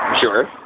Sure